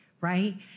Right